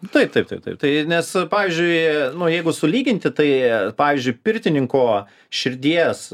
taip taip taip taip tai nes pavyzdžiui nu jeigu sulyginti tai pavyzdžiui pirtininko širdies